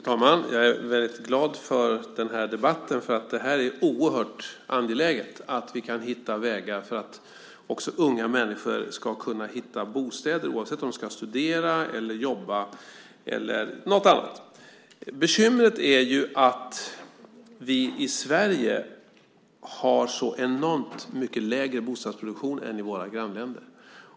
Fru talman! Jag är väldigt glad för den här debatten, för det är oerhört angeläget att vi kan hitta vägar för att också unga människor ska kunna hitta bostäder, oavsett om de ska studera, jobba eller något annat. Bekymret är ju att vi i Sverige har så enormt mycket lägre bostadsproduktion än de har i våra grannländer.